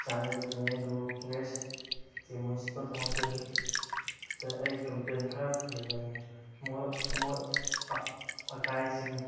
ꯆꯥꯟꯗꯦꯜꯗꯒꯤꯅꯦ ꯑꯗꯣ ꯋꯦꯁꯀꯤ ꯃꯤꯅꯨꯁꯤꯄꯥꯜ ꯀꯥꯎꯟꯁꯤꯜꯗ ꯑꯩ ꯀꯝꯄ꯭ꯂꯦꯟ ꯈꯔ ꯊꯝꯖꯅꯤꯡꯉꯦ ꯑꯃꯣꯠ ꯑꯃꯣꯠ ꯑꯀꯥꯏꯁꯤꯡ